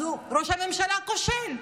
אז הוא ראש ממשלה כושל,